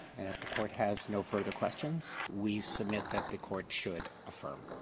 the court has no further questions, we submit that the court should affirm.